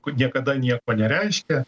niekada nieko nereiškė